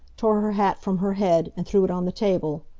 tore her hat from her head and threw it on the table.